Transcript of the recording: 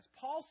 Paul